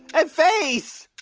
and face.